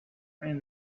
and